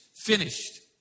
finished